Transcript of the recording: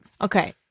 Okay